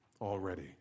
already